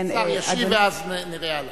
השר ישיב, ואז נראה הלאה.